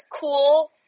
cool